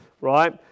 right